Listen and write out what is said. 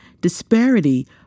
disparity